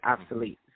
obsolete